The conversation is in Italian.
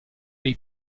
dei